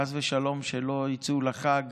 חס ושלום שלא יצאו לחג